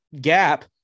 gap